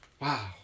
Wow